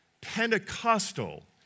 Pentecostal